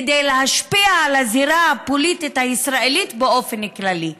כדי להשפיע על הזירה הפוליטית הישראלית באופן כללי.